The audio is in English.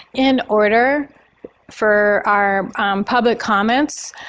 in order for our public comments,